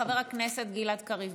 חבר הכנסת גלעד קריב,